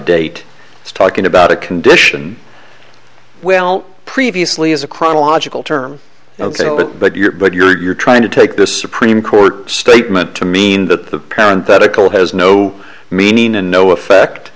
date it's talking about a condition well previously as a chronological term ok i know it but you're but you're trying to take the supreme court statement to mean that the parent that a cold has no meaning and no effect